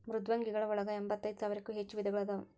ಮೃದ್ವಂಗಿಗಳ ಒಳಗ ಎಂಬತ್ತೈದ ಸಾವಿರಕ್ಕೂ ಹೆಚ್ಚ ವಿಧಗಳು ಅದಾವ